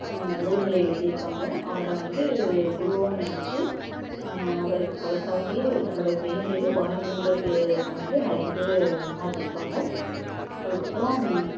நூல்களை எழுதியிருக்காங்க அவரை வந்து குருவாக நெனைச்சி அவர் அவருக்காகவே தன்னோட பேர்லேயே பாரதின்ற பேர் வந்து நிறைய பேர் மாத்தியிருக்காங்க அதுக்கப்பறம்